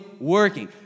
working